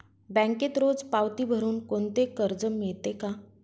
बँकेत रोज पावती भरुन कोणते कर्ज मिळते का?